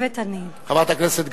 חברת הכנסת גלאון,